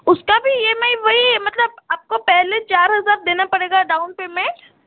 उसका भी E M I वही मतलब आपको पहले चार हजार देना पड़ेगा डाउन पेमेंट